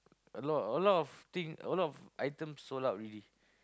a lot a lot of thing a lot of item sold out already